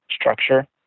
structure